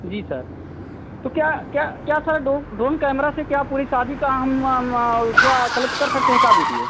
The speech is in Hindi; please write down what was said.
जी सर तो क्या क्या क्या सर डोन ड्रोन कैमरा से क्या पूरी शादी का हम ओ थोड़ा कलेक्ट कर सकते हैं का वीडिओ